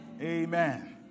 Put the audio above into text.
Amen